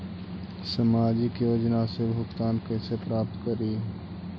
सामाजिक योजना से भुगतान कैसे प्राप्त करी?